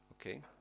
Okay